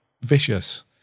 vicious